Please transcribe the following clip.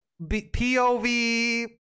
pov